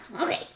okay